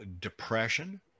depression